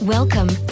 Welcome